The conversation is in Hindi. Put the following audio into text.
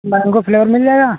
मैंगो फ्लेवर मिल जाएगा